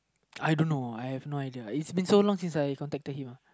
I don't know I have no idea it has been so long since I contacted him